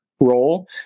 role